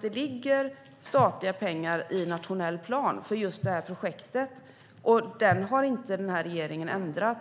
Det ligger statliga pengar i nationell plan för just det här projektet, och den har den här regeringen inte ändrat.